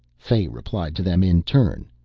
fay replied to them in turn.